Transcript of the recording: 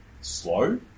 slow